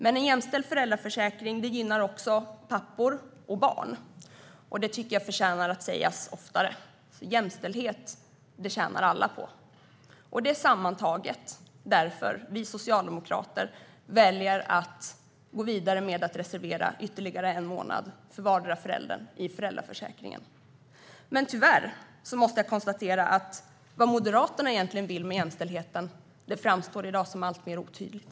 Men en jämställd föräldraförsäkring gynnar också pappor och barn, och det tycker jag förtjänar att sägas oftare. Jämställdhet tjänar alla på. Det är sammantaget därför vi socialdemokrater väljer att gå vidare med att reservera ytterligare en månad för vardera föräldern i föräldraförsäkringen. Tyvärr måste jag konstatera att vad Moderaterna egentligen vill med jämställdheten i dag framstår som alltmer otydligt.